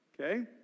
Okay